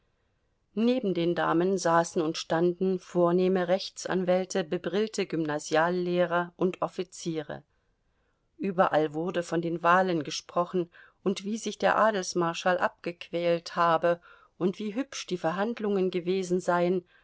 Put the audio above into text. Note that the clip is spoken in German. neben den damen saßen und standen vornehme rechtsanwälte bebrillte gymnasiallehrer und offiziere überall wurde von den wahlen gesprochen und wie sich der adelsmarschall abgequält habe und wie hübsch die verhandlungen gewesen seien